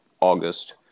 August